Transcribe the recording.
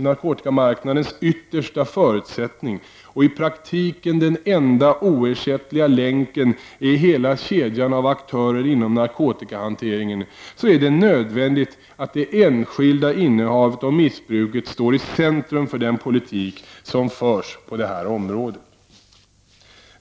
narkotikamarknadens yttersta förutsättning och i praktiken den enda oersättliga länken i hela kedjan av aktörer inom narkotikahanteringen är det nödvändigt att det enskilda innehavet och missbruket står i centrum för den politik som förs på det här området.